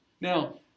Now